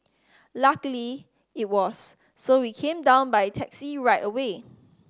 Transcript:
luckily it was so we came down by taxi right away